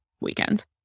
weekend